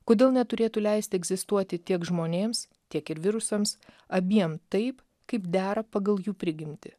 kodėl neturėtų leisti egzistuoti tiek žmonėms tiek ir virusams abiem taip kaip dera pagal jų prigimtį